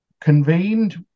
convened